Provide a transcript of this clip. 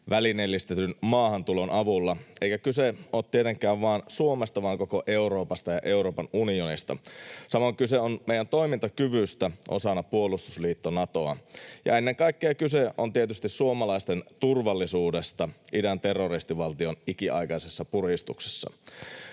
välineellistetyn maahantulon avulla, eikä kyse ole tietenkään vain Suomesta vaan koko Euroopasta ja Euroopan unionista. Samoin kyse on meidän toimintakyvystä osana puolustusliitto Natoa. Ja ennen kaikkea kyse on tietysti suomalaisten turvallisuudesta idän terroristivaltion ikiaikaisessa puristuksessa.